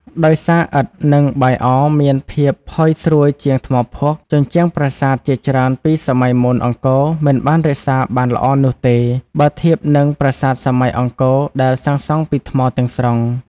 ដោយសារឥដ្ឋ និងបាយអរមានភាពផុយស្រួយជាងថ្មភក់ ជញ្ជាំងប្រាសាទជាច្រើនពីសម័យមុនអង្គរមិនបានរក្សាបានល្អនោះទេ បើធៀបនឹងប្រាសាទសម័យអង្គរដែលសាងសង់ពីថ្មទាំងស្រុង។